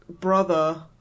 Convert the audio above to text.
brother